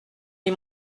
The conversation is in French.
les